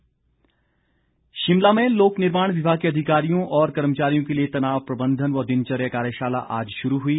कार्यशाला शिमला में लोक निर्माण विभाग के अधिकारियों और कर्मचारियों के लिए तनाव प्रबंधन व दिनचर्या कार्यशाला आज शुरू हुई